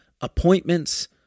appointments